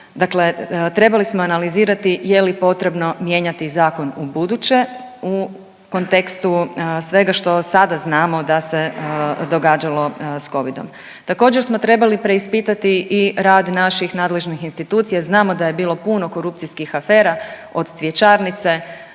Dakle trebali smo analizirati je li potrebno mijenjati zakon ubuduće u kontekstu svega što sada znamo da se događalo s Covidom. Također, smo trebali preispitati i rad naših nadležnih institucija, znamo da je bilo puno korupcijskih afera, od cvjećarnice